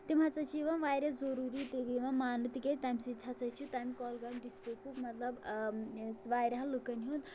تِم ہَسا چھِ یِوان واریاہ ضٔروٗری تہِ یِوان ماننہٕ تِکیازِ تَمہِ سۭتۍ ہَسا چھِ تَمہِ کۄلگامہِ ڈِسٹرکُک مطلب واریاہَن لُکَن ہُنٛد